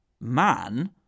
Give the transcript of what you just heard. man